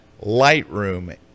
Lightroom